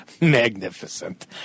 magnificent